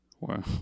Wow